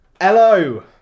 Hello